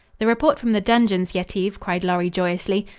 the report from the dungeons, yetive, cried lorry joyously.